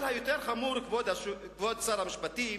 אבל חמור יותר, כבוד שר המשפטים,